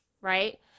right